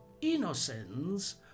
innocence